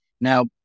Now